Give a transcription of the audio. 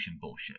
bullshit